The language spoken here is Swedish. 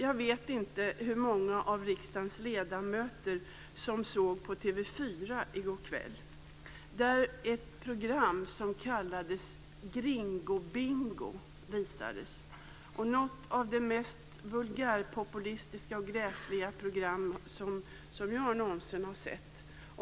Jag vet inte hur många av riksdagens ledamöter som såg på TV 4 i går kväll. Då visades ett program som kallades Gringobingo. Det var något av det mest vulgärpopulistiska och gräsliga program som jag någonsin har sett.